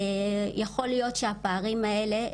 יכול להיות שהפערים האלה,